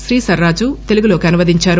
శ్రీసర్రాజు తెలుగులోకి అనువదించారు